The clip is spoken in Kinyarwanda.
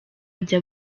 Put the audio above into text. ajya